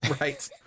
Right